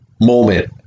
moment